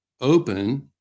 open